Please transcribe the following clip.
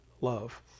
love